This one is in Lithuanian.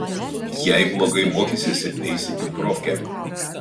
jei blogai mokysiesi eisi į profkę